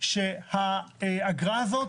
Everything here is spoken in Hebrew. שהאגרה הזאת